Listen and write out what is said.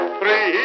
three